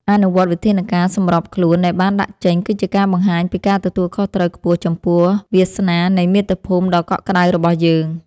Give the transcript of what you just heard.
អនុវត្តវិធានការសម្របខ្លួនដែលបានដាក់ចេញគឺជាការបង្ហាញពីការទទួលខុសត្រូវខ្ពស់ចំពោះវាសនានៃមាតុភូមិដ៏កក់ក្ដៅរបស់យើង។